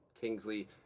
Kingsley